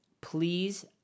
please